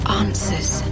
answers